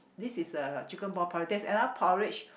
this is a chicken ball porridge there's another porridge